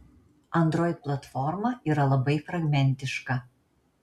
android platforma yra labai fragmentiška